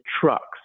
trucks